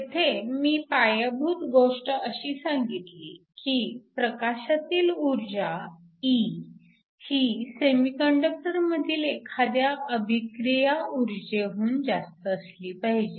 तेथे मी पायाभूत गोष्ट अशी सांगितली की प्रकाशातील ऊर्जा E ही सेमीकंडक्टर मधील एखाद्या अभिक्रिया ऊर्जेहून जास्त असली पाहिजे